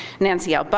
nancy l. but